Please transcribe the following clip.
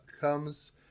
comes